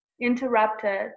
interrupted